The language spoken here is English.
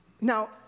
now